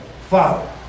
father